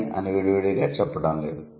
ఎన్ అని విడివిడిగా చెప్పడం లేదు